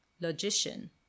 logician